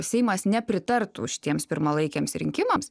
seimas nepritartų šitiems pirmalaikiams rinkimams